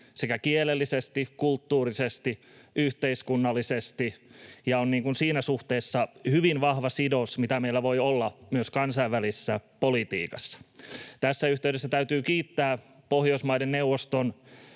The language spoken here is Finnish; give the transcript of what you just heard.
sekä kielellisesti, kulttuurisesti että yhteiskunnallisesti ja on siinä suhteessa hyvin vahva sidos, joka meillä voi olla myös kansainvälisessä politiikassa. Tässä yhteydessä täytyy kiittää Pohjoismaiden neuvoston